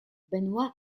benoit